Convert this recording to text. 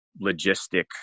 logistic